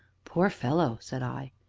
poor fellow! said i,